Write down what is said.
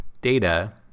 data